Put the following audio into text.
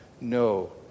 no